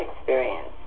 experience